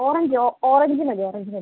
ഓറഞ്ചോ ഓ ഓറഞ്ച് മതി ഓറഞ്ച് മതി